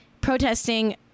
protesting